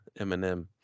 Eminem